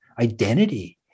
identity